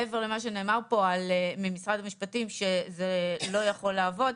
מעבר למה שנאמר פה ממשרד המשפטים שזה לא יכול לעבוד,